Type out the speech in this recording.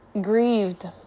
grieved